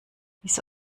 wieso